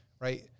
right